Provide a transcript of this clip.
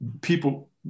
people